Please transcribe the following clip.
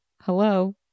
Hello